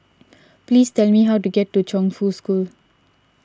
please tell me how to get to Chongfu School